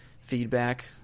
feedback